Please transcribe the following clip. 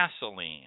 Gasoline